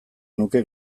nuke